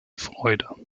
freude